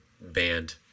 band